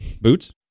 Boots